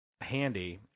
handy